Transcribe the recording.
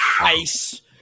Ice